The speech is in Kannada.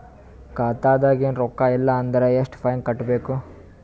ಖಾತಾದಾಗ ಏನು ರೊಕ್ಕ ಇಲ್ಲ ಅಂದರ ಎಷ್ಟ ಫೈನ್ ಕಟ್ಟಬೇಕು?